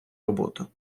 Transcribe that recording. роботу